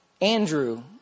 Andrew